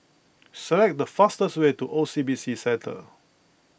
select the fastest way to O C B C Centre